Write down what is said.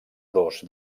dos